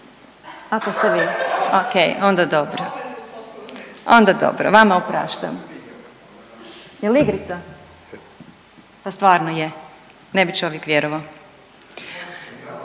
…/Smijeh/…okej onda dobro, onda dobro, vama opraštam. Jel igrica, pa stvarno je, ne bi čovjek vjerovao.